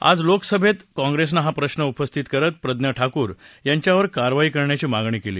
आज लोकसभेत काँप्रेसनं हा प्रश्र उपस्थित करत प्रज्ञा ठाकूर यांच्यावर कारवाई करण्याची मागणी केली